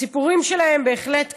הסיפורים שלהם בהחלט קשים,